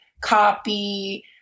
copy